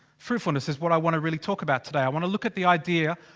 fruitfulness is what i want to really talk about today. i want to look at the idea.